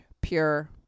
pure